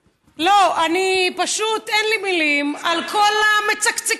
לא, אני, פשוט אין לי מילים על כל המצקצקים.